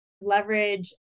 leverage